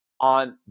on